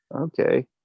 Okay